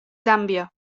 zàmbia